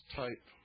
type